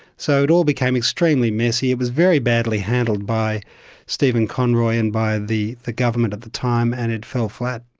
so it all became extremely messy, it was very badly handled by stephen conroy and by the the government at the time and it fell flat.